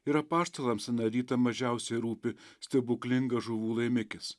ir apaštalams aną rytą mažiausiai rūpi stebuklingas žuvų laimikis